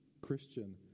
Christian